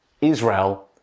Israel